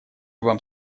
вам